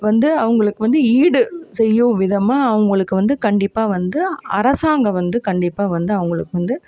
வந்து அவங்களுக்கு வந்து ஈடு செய்யும் விதமாக அவங்களுக்கு வந்து கண்டிப்பாக வந்து அரசாங்கம் வந்து கண்டிப்பாக வந்து அவங்களுக்கு வந்து